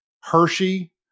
Hershey